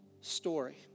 story